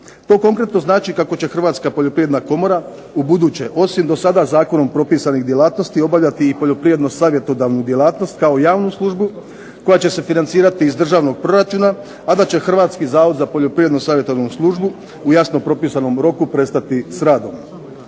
To konkretno znači kako će Hrvatska poljoprivredna komora, ubuduće osim do sada zakonom propisanih djelatnosti obavljati poljoprivredno savjetodavnu djelatnost kao javnu službu koja će se financirati iz državnog proračuna a da će Hrvatski zavod za poljoprivredno savjetodavnu službu u jasno propisanom roku prestati s radom.